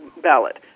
ballot